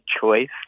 choice